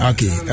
Okay